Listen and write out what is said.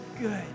good